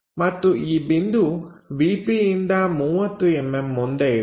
ಮತ್ತು ಈ ಬಿಂದು ವಿ ಪಿಯಿಂದ 30mm ಮುಂದೆ ಇದೆ